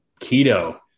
Keto